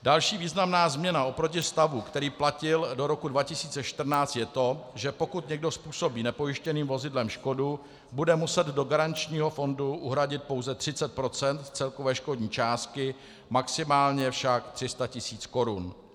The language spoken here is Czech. Další významná změna oproti stavu, který platil do roku 2014 je to, že pokud někdo způsobí nepojištěným vozidlem škodu, bude muset do garančního fondu uhradit pouze 30 % celkové škodní částky, maximálně však 300 tisíc korun.